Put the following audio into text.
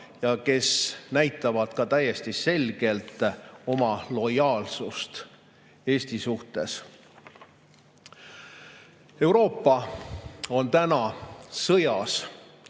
ja kes näitavad ka täiesti selgelt oma lojaalsust Eesti suhtes. Euroopa on täna sõjas,